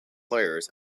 players